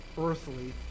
earthly